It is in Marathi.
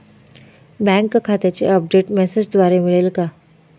बँक खात्याचे अपडेट मेसेजद्वारे मिळेल का?